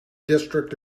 district